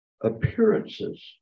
appearances